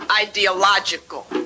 ideological